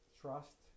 trust